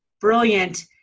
brilliant